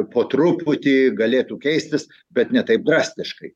po truputį galėtų keistis bet ne taip drastiškai